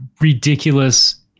ridiculous